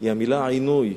היא המלה "עינוי"